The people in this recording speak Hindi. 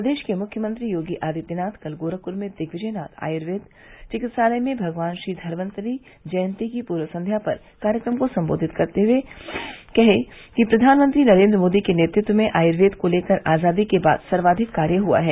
प्रदेश के मुख्यमंत्री योगी आदित्यनाथ कल गोरखपुर में दिग्विजय नाथ आयुर्वेद चिकित्सालय में भगवान श्री धनवंतरि जयंती की पूर्व संख्या पर कार्यक्रम को सम्बोधित करते हुए कहा कि प्रधानमंत्री नरेन्द्र मोदी के नेतृत्व में आयूर्वेद को लेकर आजादी के बाद सर्वाधिक कार्य हुआ है